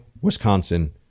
Wisconsin